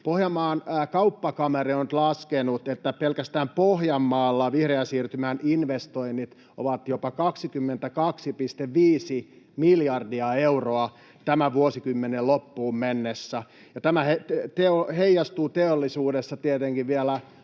Pohjanmaan kauppakamari on nyt laskenut, että pelkästään Pohjanmaalla vihreän siirtymän investoinnit ovat jopa 22,5 miljardia euroa tämän vuosikymmenen loppuun mennessä. Tämä heijastuu teollisuudessa tietenkin vielä